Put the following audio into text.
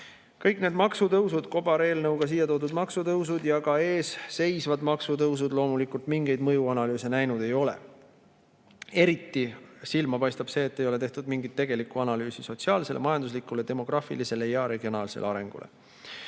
Kõik need maksutõusud, kobareelnõuga siia toodud maksutõusud ja ka eesseisvad maksutõusud loomulikult mingeid mõjuanalüüse näinud ei ole. Eriti silma paistab see, et ei ole tehtud mingit tegelikku analüüsi [muudatuste mõjust] sotsiaalsele, majanduslikule, demograafilisele ja regionaalsele arengule.